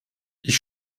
ich